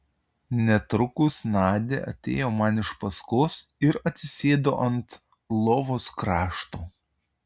netrukus nadia atėjo man iš paskos ir atsisėdo ant lovos krašto